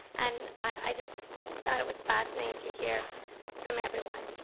and i just thought it was fascinating to hear from everyone.